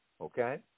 Okay